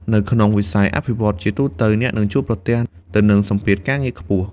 នៅក្នុងវិស័យអភិវឌ្ឍន៍ ជាទូទៅអ្នកនឹងជួបប្រទះទៅនឹង សម្ពាធការងារខ្ពស់។